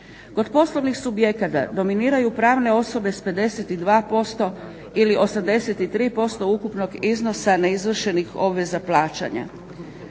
Kod poslovnih subjekata dominiraju pravne osobe sa 52% ili 83% ukupnog iznosa neizvršenih obveza plaćanja,